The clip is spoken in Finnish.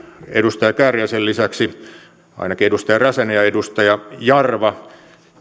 edustaja kääriäisen lisäksi ainakin edustaja räsänen ja edustaja jarva